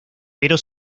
pero